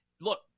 look